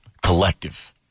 Collective